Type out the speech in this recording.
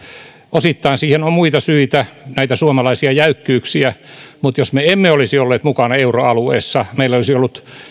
osittain siihen on muita syitä näitä suomalaisia jäykkyyksiä mutta jos me emme olisi olleet mukana euroalueessa ja meillä olisi ollut